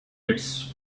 its